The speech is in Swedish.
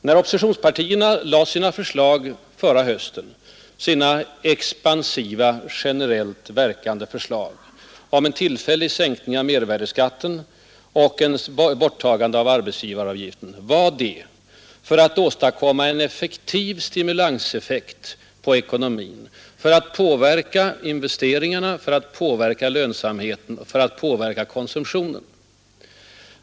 När oppositionspartierna förra hösten lade fram sina expansiva, generellt verkande förslag om en tillfällig sänkning av mervärdeskatten och ett borttagande av arbetsgivaravgiften var syftet att åstadkomma en effektiv stimulanseffekt på ekonomin för att påverka investeringarna, lönsamheten och konsumtionen.